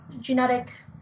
genetic